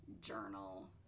journal